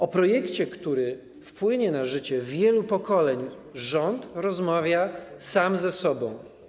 O projekcie, który wpłynie na życie wielu pokoleń, rząd rozmawia sam ze sobą.